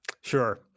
sure